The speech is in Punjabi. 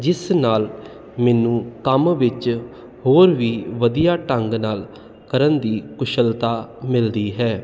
ਜਿਸ ਨਾਲ ਮੈਨੂੰ ਕੰਮ ਵਿੱਚ ਹੋਰ ਵੀ ਵਧੀਆ ਢੰਗ ਨਾਲ ਕਰਨ ਦੀ ਕੁਸ਼ਲਤਾ ਮਿਲਦੀ ਹੈ